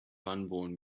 unborn